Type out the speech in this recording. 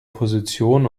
position